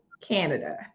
Canada